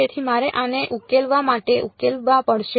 તેથી મારે આને ઉકેલવા માટે ઉકેલવા પડશે